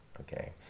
Okay